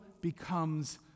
becomes